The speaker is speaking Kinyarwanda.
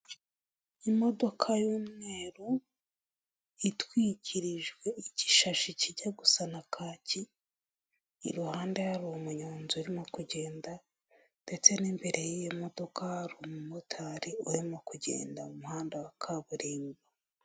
Imodoka y'umweru itwikirijwe igishashi kijya gusa na kaki iruhande hari umunyonzi urimo kugenda ndetse n'imbere y'iyo modoka hari umu motari urimo kugenda mu muhanda wa kaburimbo.